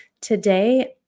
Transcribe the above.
today